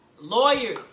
lawyer